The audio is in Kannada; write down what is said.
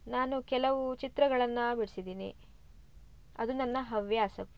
ನಾನು ಕೆಲವೂ ಚಿತ್ರಗಳನ್ನು ಬಿಡ್ಸಿದೀನಿ ಅದು ನನ್ನ ಹವ್ಯಾಸ